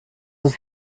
uns